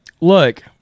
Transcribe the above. look